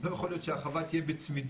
לא יכול להיות שהחווה תהיה בצמידות